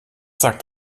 sagt